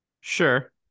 Sure